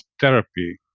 therapy